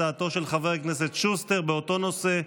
הצעתו של חבר הכנסת שוסטר, באותו נושא.